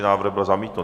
Návrh byl zamítnut.